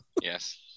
yes